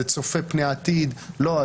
זה צופה פני עתיד לא,